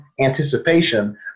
anticipation